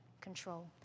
control